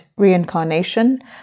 reincarnation